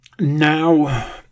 Now